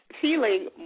feeling